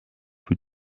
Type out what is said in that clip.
für